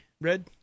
Red